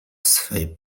swej